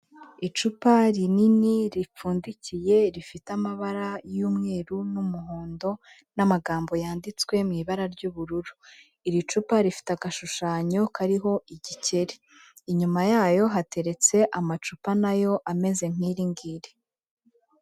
Icupa rinini ripfundikiye, rifite amabara y'umweru n'umuhondo n'amagambo yanditswe mu ibara ry'ubururu. Iri cupa rifite agashushanyo kariho igikeri. Inyuma yayo, hateretse amacupa na yo ameze nk'iri ngiri.